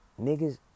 niggas